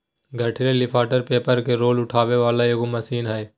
गठरी lifter paper के roll उठावे वाला एगो मशीन हइ